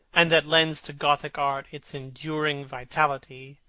and that lends to gothic art its enduring vitality,